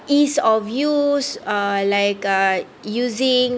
ease of use uh like uh using